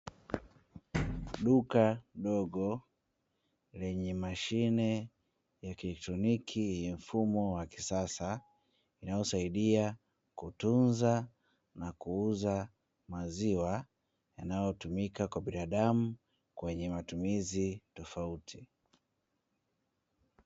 Duka dogo lenye mashine ya kieletroniki ya mfumo wa kisasa, inayosaidia kutunza na kuuza maziwa yanayotumika kwa binadamu kwenye matumizi tofauti.